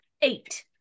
Eight